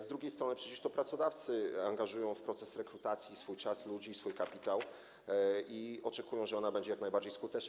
Z drugiej strony przecież to pracodawcy angażują w proces rekrutacji swój czas, ludzi, swój kapitał i oczekują, że będzie ona jak najbardziej skuteczna.